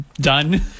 done